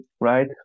right